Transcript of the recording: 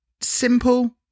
simple